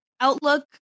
outlook